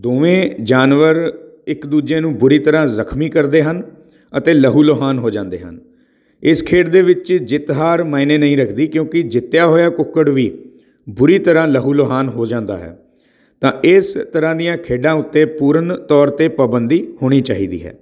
ਦੋਵੇਂ ਜਾਨਵਰ ਇੱਕ ਦੂਜੇ ਨੂੰ ਬੁਰੀ ਤਰ੍ਹਾਂ ਜ਼ਖਮੀ ਕਰਦੇ ਹਨ ਅਤੇ ਲਹੂ ਲੁਹਾਣ ਹੋ ਜਾਂਦੇ ਹਨ ਇਸ ਖੇਡ ਦੇ ਵਿੱਚ ਜਿੱਤ ਹਾਰ ਮਾਇਨੇ ਨਹੀਂ ਰੱਖਦੀ ਕਿਉਂਕਿ ਜਿੱਤਿਆ ਹੋਇਆ ਕੁੱਕੜ ਵੀ ਬੁਰੀ ਤਰ੍ਹਾਂ ਲਹੂ ਲੁਹਾਣ ਹੋ ਜਾਂਦਾ ਹੈ ਤਾਂ ਇਸ ਤਰ੍ਹਾਂ ਦੀਆਂ ਖੇਡਾਂ ਉੱਤੇ ਪੂਰਨ ਤੌਰ 'ਤੇ ਪਾਬੰਦੀ ਹੋਣੀ ਚਾਹੀਦੀ ਹੈ